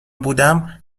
بودم